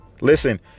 Listen